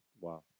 Wow